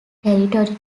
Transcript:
territory